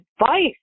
advice